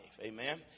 Amen